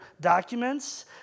documents